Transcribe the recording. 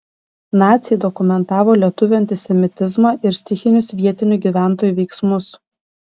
naciai dokumentavo lietuvių antisemitizmą ir stichinius vietinių gyventojų veiksmus